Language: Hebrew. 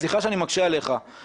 סליחה שאני מקשה עליך,